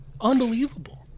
Unbelievable